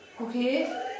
Okay